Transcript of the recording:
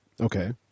Okay